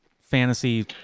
fantasy